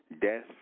Death